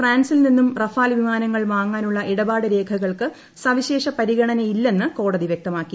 ഫ്രാൻസിൽ നിന്നും റഫാൽ വിമാനങ്ങൾ വാങ്ങാനുള്ള ഇടപാടുരേഖകൾക്ക് സൂവിശേഷ പരിഗണനയില്ലെന്ന് കോടതി വ്യക്തമാക്കി